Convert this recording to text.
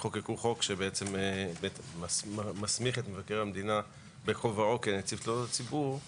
חוקקו חוק שמסמיך את מבקר המדינה בכובעו כנציב תלונות הציבור